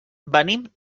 venim